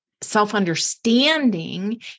self-understanding